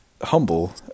humble